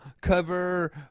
cover